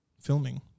filming